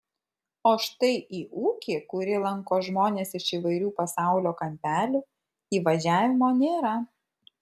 o štai į ūkį kurį lanko žmonės iš įvairių pasaulio kampelių įvažiavimo nėra